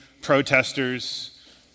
protesters